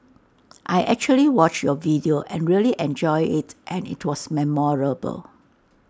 I actually watched your video and really enjoyed IT and IT was memorable